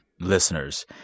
listeners